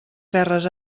terres